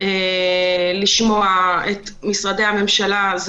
לשמוע את משרדי הממשלה.